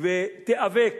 ותיאבק